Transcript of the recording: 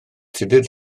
tudur